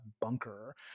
bunker